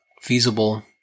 feasible